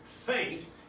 Faith